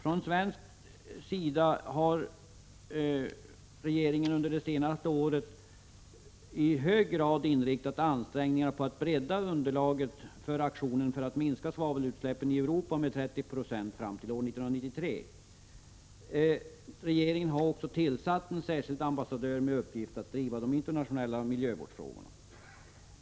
Den svenska regeringen har under det senaste året i hög grad inriktat ansträngningarna på att bredda underlaget i aktionen för att minska svavelutsläppen i Europa med 30 9 fram till 1993. Regeringen har också tillsatt en särskild ambassadör med uppgift att driva de internationella miljövårdsfrågorna.